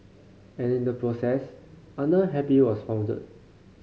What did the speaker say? and in the process Under Happy was founded